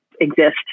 exist